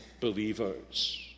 believers